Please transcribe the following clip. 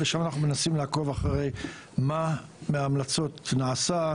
ושם אנחנו מנסים לעקוב מה מההמלצות נעשה,